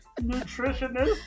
Nutritionist